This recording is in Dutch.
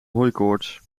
hooikoorts